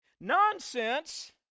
Nonsense